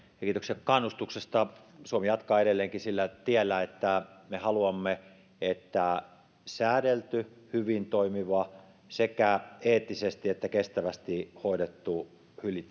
ja kiitoksia kannustuksesta suomi jatkaa edelleenkin sillä tiellä että me haluamme että säädelty hyvin toimiva ja sekä eettisesti että kestävästi hoidettu